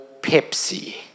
Pepsi